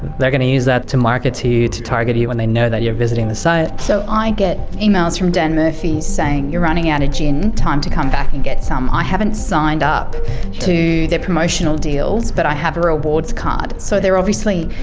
they're gonna use that to market to you, to target you when they know you're visiting the site. so i get emails from dan murphys saying you're running out of gin, time to come back and get some'. i haven't signed up to their promotional deals but i have a rewards card. so they're obviously,